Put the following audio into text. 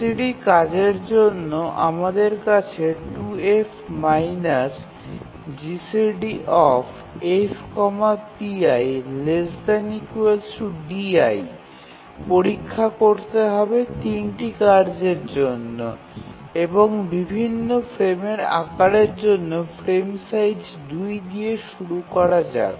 প্রতিটি কাজের জন্য আমাদের কাছে 2F GCDF pi ≤ di পরীক্ষা করতে হবে ৩ টি কার্যের জন্য এবং বিভিন্ন ফ্রেমের আকারের জন্য ফ্রেম সাইজ ২দিয়ে শুরু করা যাক